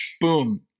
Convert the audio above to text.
boom